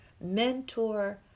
mentor